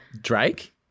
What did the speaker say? Drake